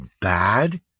bad